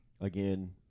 Again